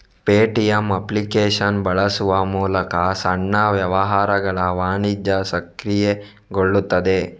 Paytm application ಬಳಸುವ ಮೂಲಕ ಸಣ್ಣ ವ್ಯವಹಾರಗಳ ವಾಣಿಜ್ಯ ಸಕ್ರಿಯಗೊಳ್ಳುತ್ತದೆ